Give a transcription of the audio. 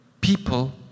people